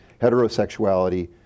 heterosexuality